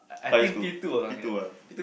primary school K two ah